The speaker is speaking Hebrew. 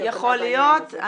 יכול להיות.